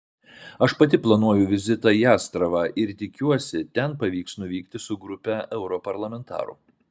aš pati planuoju vizitą į astravą ir tikiuosi ten pavyks nuvykti su grupe europarlamentarų